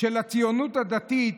של הציונות הדתית